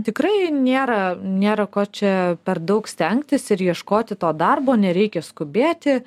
tikrai nėra nėra ko čia per daug stengtis ir ieškoti to darbo nereikia skubėti